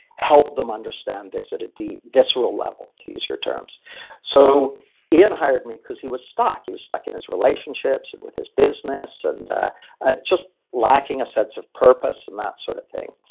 help them understand this at a deep visceral level, to use your terms so ian hired me because he was stuck. he was stuck in his relationships, and with his business, and ah just lacking a sense of purpose, and that sort of thing.